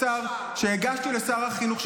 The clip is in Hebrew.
שהגשתי לשר החינוך,